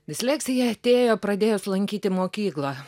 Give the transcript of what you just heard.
disleksija atėjo pradėjus lankyti mokyklą